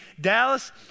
Dallas